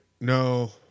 No